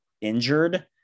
injured